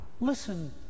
Listen